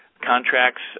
contracts